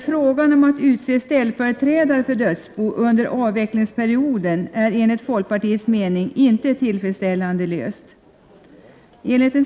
Frågan om att utse ställföreträdare för dödsbo under avvecklingsperioden är dock enligt folkpartiets mening inte tillfredsställande löst.